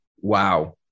Wow